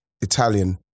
Italian